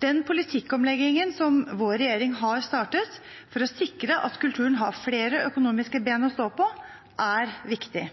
Den politikkomleggingen som vår regjering har startet for å sikre at kulturen har flere økonomiske ben å stå på, er viktig.